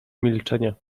milczenie